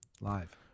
live